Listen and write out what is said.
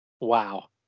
Wow